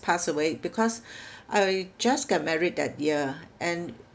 pass away because I just get married that year and